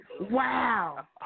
wow